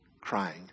crying